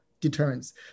deterrence